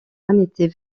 n’était